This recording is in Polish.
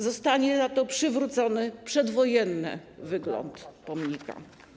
Zostanie za to przywrócony przedwojenny wygląd pomnika.